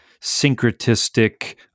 syncretistic